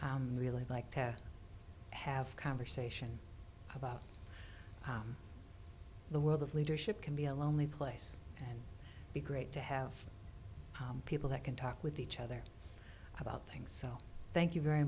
i really like to have conversation about how the world of leadership can be a lonely place and be great to have people that can talk with each other about things so thank you very